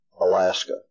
Alaska